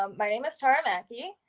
um my name is tara mathy.